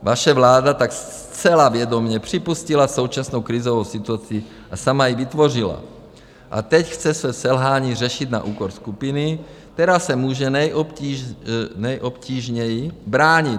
Vaše vláda tak zcela vědomě připustila současnou krizovou situaci a sama ji vytvořila a teď chce své selhání řešit na úkor skupiny, která se může nejobtížněji bránit.